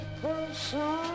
person